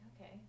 okay